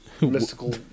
mystical